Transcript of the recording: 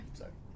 sorry